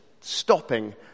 stopping